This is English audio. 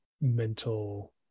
mental